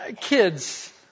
Kids